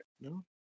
no